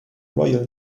royal